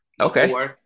Okay